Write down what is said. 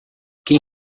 quem